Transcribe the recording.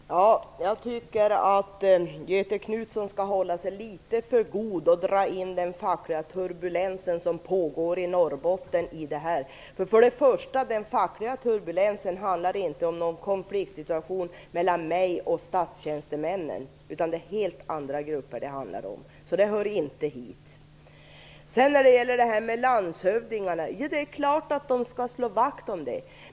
Fru talman! Jag tycker att Göthe Knutson skall hålla sig för god för att dra in den fackliga turbulens som pågår i Norrbotten i detta fall. Den gäller inte någon konfliktsituation mellan mig och Statstjänstemännen. Det är helt andra grupper det handlar om. Det hör inte hit. Det är klart att landshövdingarna skall slå vakt om verksamheter i sina län.